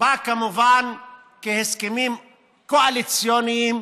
בא כמובן כהסכמים קואליציוניים